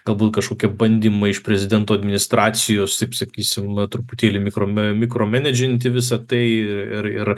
galbūt kažkokie bandymai iš prezidento administracijos taip sakysim truputėlį mikro mikromenedžinti visą tai ir ir